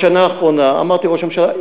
בשנה האחרונה אמרתי: ראש הממשלה,